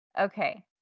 Okay